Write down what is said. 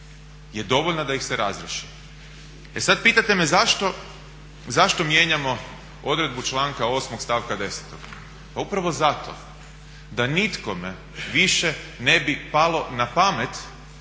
je dovoljna da ih se razriješi. E sad pitate me zašto mijenjamo odredbu članka 8. stavka 10.? Pa upravo zato da nikome više ne bi palo na pamet